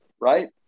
right